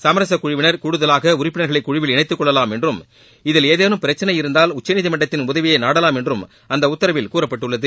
சமரசக் குழுவினர் கூடுதலாக உறுப்பினர்களை குழுவில் இணைத்துக் கொள்ளலாம் என்றும் இதில் ஏதேனும் பிரச்சனை இருந்தால் உச்சநீதிமன்றத்தின் உதவியை நாடலாம் என்றும் அந்த உத்தரவில் கூறப்பட்டுள்ளது